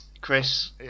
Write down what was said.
Chris